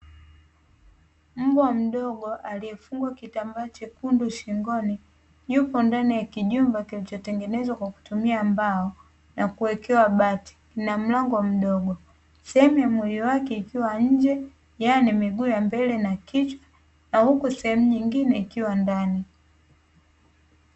Mbwa mdogo aliyefungwa kitambaa chekundu shingoni, yupo ndani ya kijumba kilichotengenezwa kwa kutumia mbao na kuwekewa bati, kina mlango mdogo. Sehemu ya mwili wake ikiwa nje, yaani miguu ya mbele na kichwa, na huku sehemu nyingine ikiwa ndani.